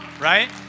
right